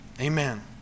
Amen